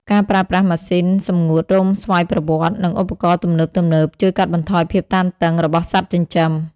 ការប្រើប្រាស់ម៉ាស៊ីនសម្ងួតរោមស្វ័យប្រវត្តិ និងឧបករណ៍ទំនើបៗ ជួយកាត់បន្ថយភាពតានតឹង របស់សត្វចិញ្ចឹម។